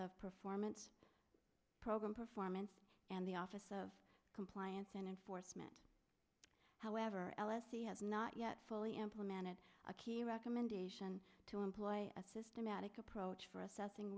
of performance program performance and the office of compliance and enforcement however l s e has not yet fully implemented a key recommendation to employ a systematic approach for assessing